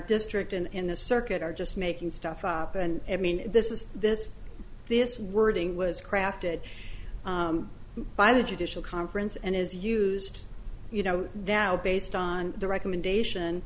district and in the circuit are just making stuff up and i mean this is this this wording was crafted by the judicial conference and is used you know that based on the recommendation